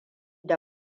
da